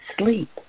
sleep